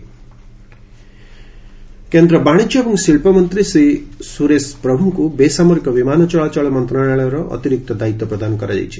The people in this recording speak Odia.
ପ୍ରଭୁ କେନ୍ଦ୍ର ବାଣିଜ୍ୟ ଏବଂ ଶିଳ୍ପ ମନ୍ତ୍ରୀ ଶ୍ରୀ ସୁରେଶ ପ୍ରଭୁଙ୍କୁ ବେସାମରିକ ବିମାନ ଚଳାଚଳ ମନ୍ତ୍ରଣାଳୟର ଅତିରିକ୍ତ ଦାୟିତ୍ୱ ପ୍ରଦାନ କରାଯାଇଛି